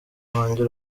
wanjye